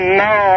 no